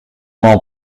mon